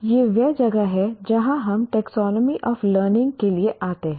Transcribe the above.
अब यह वह जगह है जहाँ हम टेक्सोनोमी ऑफ लर्निंग के लिए आते हैं